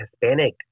Hispanic